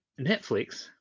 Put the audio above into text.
Netflix